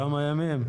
כמה ימים?